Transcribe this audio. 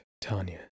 Tanya